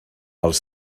els